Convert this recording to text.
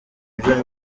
byo